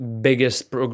biggest